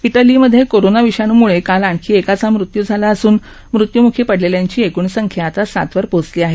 इटलीमधे corona विषणूमुळे काल आणखी एकाचा मृत्यू झाला असून मृत्यूमुखी पडलेल्यांची एकूण संख्या आता सातवर पोचली आहे